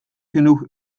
genoeg